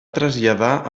traslladar